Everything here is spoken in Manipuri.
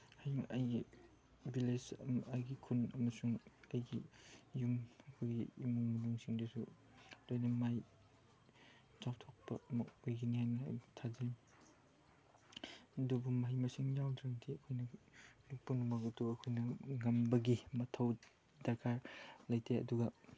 ꯍꯌꯦꯡ ꯑꯩ ꯚꯤꯂꯦꯖ ꯑꯩꯒꯤ ꯈꯨꯟ ꯑꯃꯁꯨꯡ ꯑꯩꯒꯤ ꯌꯨꯝ ꯑꯩꯈꯣꯏꯒꯤ ꯏꯃꯨꯡ ꯃꯅꯨꯡꯁꯤꯡꯗꯁꯨ ꯂꯣꯏꯅ ꯃꯥꯏ ꯆꯥꯎꯊꯣꯛꯄ ꯑꯃ ꯑꯣꯏꯒꯅꯤ ꯍꯥꯏꯅ ꯑꯩ ꯊꯥꯖꯩ ꯑꯗꯨꯕꯨ ꯃꯍꯩ ꯃꯁꯤꯡ ꯌꯥꯎꯗ꯭ꯔꯗꯤ ꯑꯩꯈꯣꯏꯅ ꯑꯗꯨ ꯄꯨꯝꯅꯃꯛ ꯑꯗꯨ ꯑꯩꯈꯣꯏꯅ ꯉꯝꯕꯒꯤ ꯃꯊꯧ ꯗꯔꯀꯥꯔ ꯂꯩꯇꯦ ꯑꯗꯨꯒ